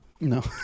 no